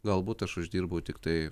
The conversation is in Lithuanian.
galbūt aš uždirbu tiktai